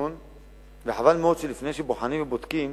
וחבל מאוד שלפני שבוחנים ובודקים